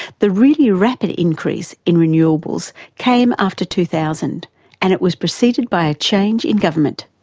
the really rapid increase in renewables came after two thousand and it was preceded by a change in government.